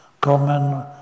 common